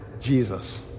Jesus